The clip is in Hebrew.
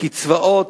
קצבאות,